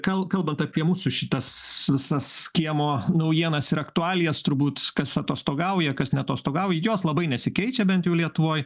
kal kalbant apie mūsų šitas visas kiemo naujienas ir aktualijas turbūt kas atostogauja kas neatostogauja jos labai nesikeičia bent jau lietuvoj